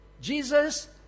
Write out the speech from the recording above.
Jesus